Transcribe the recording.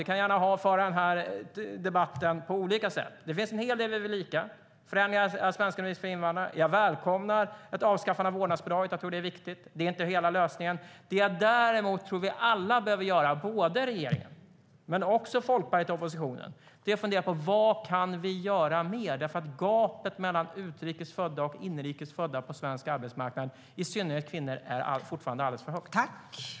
Vi kan gärna föra debatten på olika sätt. Det finns en hel del vi vill lika i, som förändringarna i svenskundervisning för invandrare. Jag välkomnar ett avskaffande av vårdnadsbidraget. Jag tror att det är viktigt, men det är inte hela lösningen. Det jag däremot tror att vi alla behöver göra, såväl regeringen som Folkpartiet och oppositionen, är att fundera på vad vi mer kan göra. Gapet mellan utrikes och inrikes födda på svensk arbetsmarknad är nämligen fortfarande alldeles för stort, i synnerhet när det gäller kvinnor.